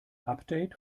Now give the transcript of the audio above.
update